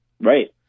Right